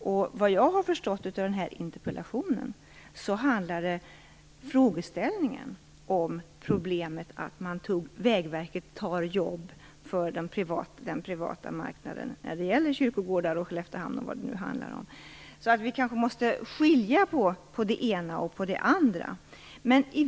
Efter vad jag har förstått av interpellationen, handlar frågeställningen om problemet att Vägverket tar jobb för den privata marknaden när det gäller kyrkogårdar, Skelleftehamn osv. Vi måste kanske skilja på det ena och det andra.